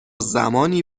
زمانی